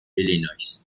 illinois